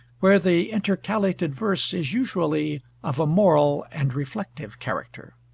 where the intercalated verse is usually of a moral and reflective character.